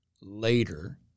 later